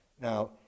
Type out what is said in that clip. Now